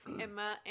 Emma